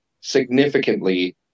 significantly